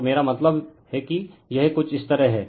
तो मेरा मतलब है कि यह कुछ इस तरह है